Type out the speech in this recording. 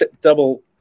double